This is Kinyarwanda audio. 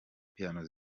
piano